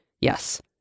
Yes